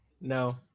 No